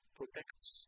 protects